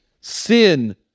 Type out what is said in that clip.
sin